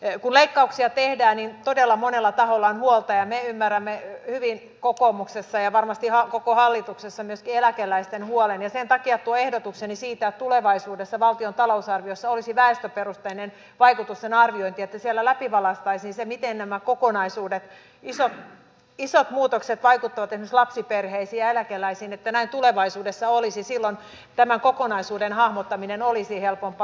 kun leikkauksia tehdään todella monella taholla on huolta ja me ymmärrämme hyvin kokoomuksessa ja varmasti koko hallituksessa myöskin eläkeläisten huolen ja sen takia tein ehdotukseni siitä että tulevaisuudessa valtion talousarviossa olisi väestöperusteinen vaikutusten arviointi että siellä läpivalaistaisiin se miten nämä kokonaisuudet isot muutokset vaikuttavat esimerkiksi lapsiperheisiin ja eläkeläisiin että tulevaisuudessa olisi silloin tämän kokonaisuuden hahmottaminen helpompaa